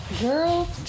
Girl